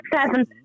Seven